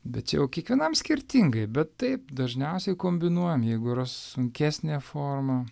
bet čia jau kiekvienam skirtingai bet taip dažniausiai kombinuojam jeigu yra sunkesnė forma